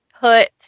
put